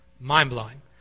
mind-blowing